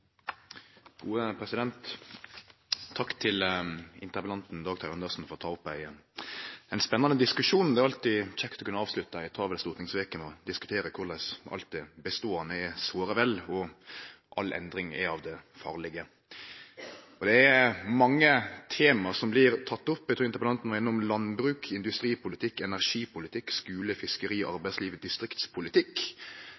Takk til interpellanten Dag Terje Andersen for å ta opp ein spennande diskusjon. Det er alltid kjekt å kunne avslutte ei travel stortingsveke med å diskutere korleis alt det eksisterande er såre vel og all endring av det farlege. Det er mange tema som blir tekne opp. Eg trur interpellanten var innom landbruk, industripolitikk, energipolitikk og skule-, fiskeri-, arbeidslivs- og